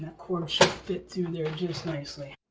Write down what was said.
cord should fit through there just nicely.